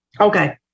Okay